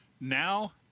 now